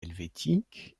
helvétique